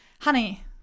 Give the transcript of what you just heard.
honey